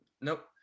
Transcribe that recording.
Nope